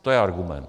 To je argument.